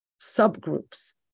subgroups